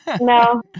No